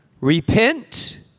repent